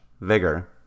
Vigor